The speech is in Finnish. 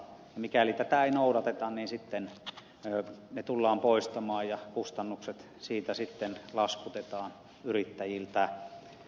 mikäli tätä ei noudateta niin sitten ne tullaan poistamaan ja kustannukset siitä sitten laskutetaan yrittäjiltä